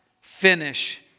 finish